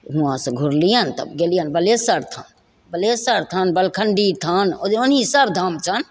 हुआँसे घुरलिअनि तब गेलिअनि बलेश्वर थान बलेश्वर थान बलखण्डी थान ओनाहि सब धाम छनि